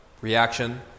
reaction